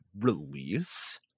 release